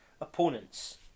opponents